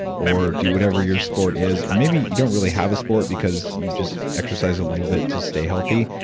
or do whatever your sport is, or maybe you don't really have a sport, because you just exercise a little bit to stay healthy,